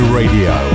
radio